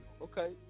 Okay